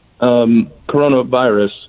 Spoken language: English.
coronavirus